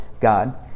God